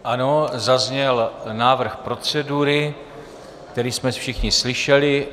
Ano, zazněl návrh procedury, který jsme všichni slyšeli.